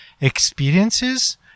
experiences